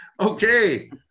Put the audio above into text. Okay